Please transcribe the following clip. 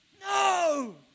No